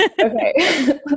Okay